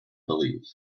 believe